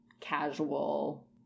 casual